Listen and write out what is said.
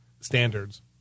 standards